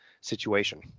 situation